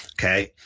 okay